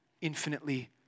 infinitely